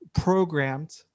programmed